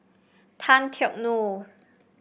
Tan Teck Neo